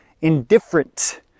indifferent